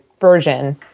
version